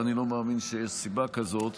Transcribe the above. ואני לא מאמין שיש סיבה כזאת,